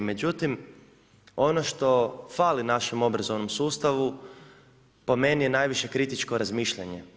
Međutim, ono što fali našem obrazovnom sustavu po meni je najviše kritičko razmišljanje.